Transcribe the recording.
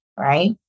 right